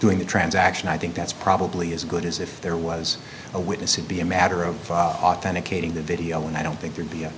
doing a transaction i think that's probably as good as if there was a witness it be a matter of authenticating the video and i don't think there'd be